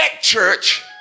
church